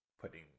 putting